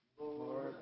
Lord